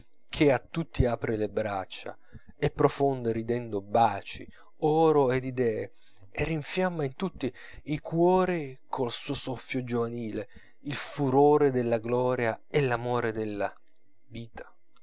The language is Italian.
che a tutti apre le braccia e profonde ridendo baci oro ed idee e rinfiamma in tutti i cuori col suo soffio giovanile il furore della gloria e l'amore della vita